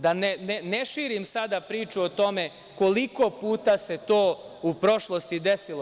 Da ne širim sada priču o tome koliko puta se to u prošlosti desilo.